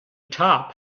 top